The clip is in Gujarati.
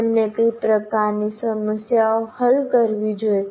તેમણે કઈ પ્રકારની સમસ્યાઓ હલ કરવી જોઈએ